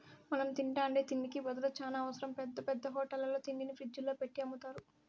మనం తింటాండే తిండికి భద్రత చానా అవసరం, పెద్ద పెద్ద హోటళ్ళల్లో తిండిని ఫ్రిజ్జుల్లో పెట్టి అమ్ముతారు